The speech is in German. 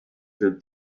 für